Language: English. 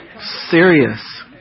Serious